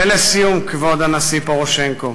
ולסיום, כבוד הנשיא פורושנקו,